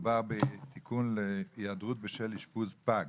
מדובר בתיקון לגבי היעדרות בשל אשפוז פג,